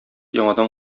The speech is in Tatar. яңадан